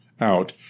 out